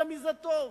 למי זה טוב?